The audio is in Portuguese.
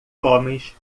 homens